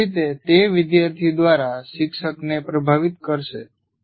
કોઈપણ રીતે તે વિદ્યાર્થી દ્વારા શિક્ષણને પ્રભાવિત કરશે